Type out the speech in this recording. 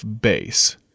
base